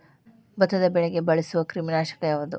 ಭತ್ತದ ಬೆಳೆಗೆ ಬಳಸುವ ಕ್ರಿಮಿ ನಾಶಕ ಯಾವುದು?